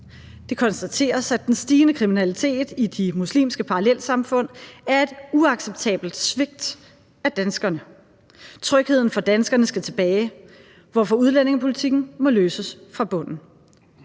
Det konstateres, at den stigende kriminalitet i de muslimske parallelsamfund er et uacceptabelt svigt af danskerne. Trygheden for danskerne skal tilbage, hvorfor udlændingepolitikken må løses fra bunden.